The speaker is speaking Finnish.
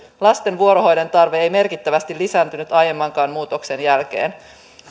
lasten vuorohoidon tarve ei merkittävästi lisääntynyt aiemmankaan muutoksen jälkeen